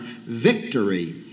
victory